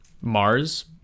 mars